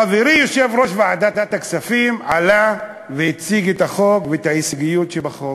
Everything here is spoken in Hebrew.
חברי יושב-ראש ועדת הכספים עלה והציג את החוק ואת ההישגים שבחוק.